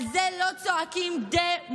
על זה לא צועקים ד-מו-קרט-יה.